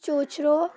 চুঁচুড়া